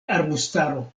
arbustaro